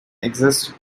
exists